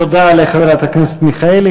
תודה לחברת הכנסת מיכאלי.